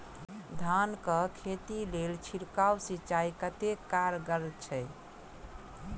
धान कऽ खेती लेल छिड़काव सिंचाई कतेक कारगर छै?